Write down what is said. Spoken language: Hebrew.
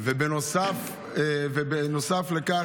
בנוסף לכך,